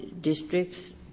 districts